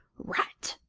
rat!